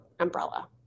umbrella